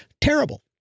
terrible